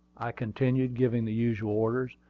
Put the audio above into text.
i continued, giving the usual orders.